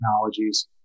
technologies